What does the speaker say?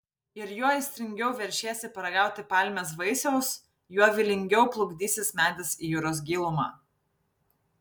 ir juo aistringiau veršiesi paragauti palmės vaisiaus juo vylingiau plukdysis medis į jūros gilumą